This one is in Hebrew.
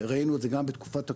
ראינו את זה גם בתקופת הקורונה.